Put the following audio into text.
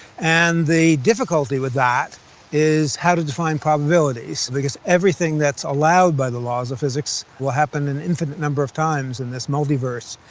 and the difficulty with that is how to define probabilities, because everything that's allowed by the laws of physics will happen an infinite number of times in this multiverse,